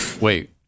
Wait